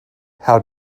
how